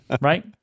Right